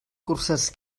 cursets